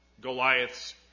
Goliath's